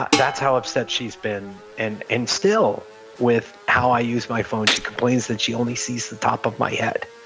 but that's how upset she's been, and and still with how i use my phone, she complains that she only sees the top of my head.